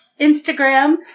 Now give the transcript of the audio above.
Instagram